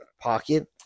pocket